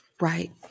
Right